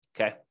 Okay